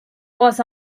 was